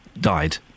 died